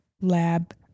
lab